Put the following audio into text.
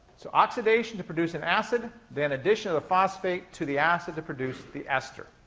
so oxidation to produce an acid, then addition of the phosphate to the acid to produce the ester.